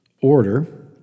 order